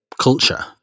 culture